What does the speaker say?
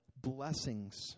blessings